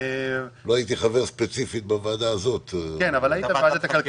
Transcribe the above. לא הייתי חבר בוועדה המיוחדת.